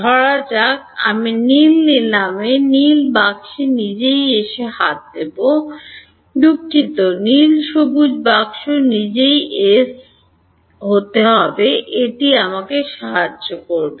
ধরা যাক আমি নীল নিলাম নীল বাক্স নিজেই এস হতে হবে দুঃখিত নীল সবুজ বাক্স নিজেই এস হতে হবে এটি আমাকে সাহায্য করবে